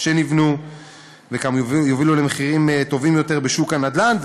שנבנו ויובילו למחירים טובים יותר בשוק הנדל"ן.